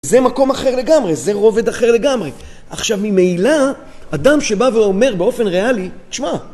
זה מקום אחר לגמרי, זה רובד אחר לגמרי. עכשיו, ממילא, אדם שבא ואומר באופן ריאלי, תשמע...